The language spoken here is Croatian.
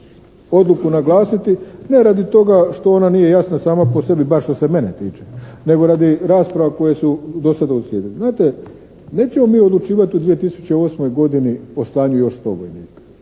odluku naglasiti ne radi toga što ona nije jasna sama po sebi bar što se mene tiče, nego radi rasprava koje su do sada uslijedile. Znate nećemo mi odlučivati u 2008. godini o stanju još 100 vojnika,